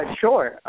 Sure